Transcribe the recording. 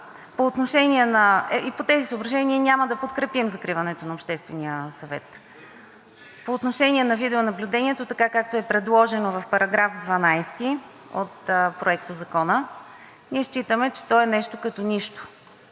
По отношение на видеонаблюдението така, както е предложено в § 12 от Проектозакона, ние считаме, че той е нещо като нищо.